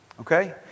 Okay